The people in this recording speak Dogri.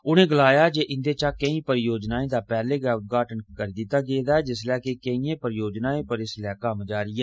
उनें गलाया जे इंदे चा केईं परियोजनाएं दा पैहले गै उद्घाटन करी दित्ता गेदा ऐ जिसलै के केइएं परियोजनाएं पर कम्म जारी ऐ